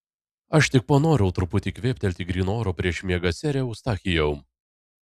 aš tik panorau truputį kvėptelti gryno oro prieš miegą sere eustachijau